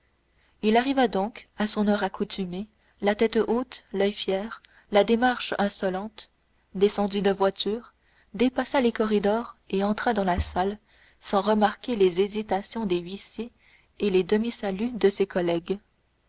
il arriva donc à son heure accoutumée la tête haute l'oeil fier la démarche insolente descendit de voiture dépassa les corridors et entra dans la salle sans remarquer les hésitations des huissiers et les demi saluts de ses collègues